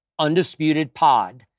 UndisputedPod